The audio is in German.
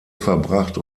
verbracht